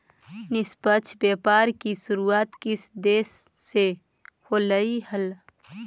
निष्पक्ष व्यापार की शुरुआत किस देश से होलई हल